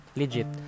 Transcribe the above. legit